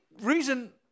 reason